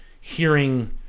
hearing